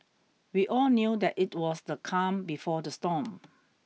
we all knew that it was the calm before the storm